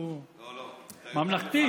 הוא ממלכתי.